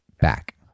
back